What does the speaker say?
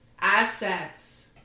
Assets